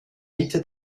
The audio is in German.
mitte